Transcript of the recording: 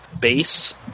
base